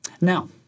Now